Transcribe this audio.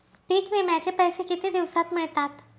पीक विम्याचे पैसे किती दिवसात मिळतात?